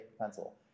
pencil